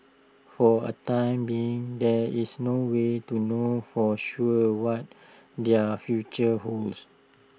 for A time being there is no way to know for sure what their future holds